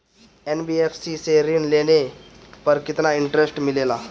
NBFC से ऋण लेने पर केतना इंटरेस्ट मिलेला?